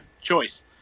choice